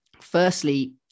Firstly